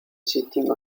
sitting